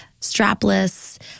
strapless